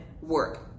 work